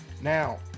now